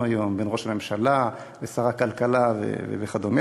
היום בין ראש הממשלה לשר הכלכלה וכדומה.